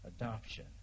adoption